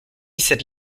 cette